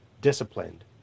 disciplined